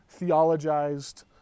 theologized